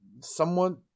somewhat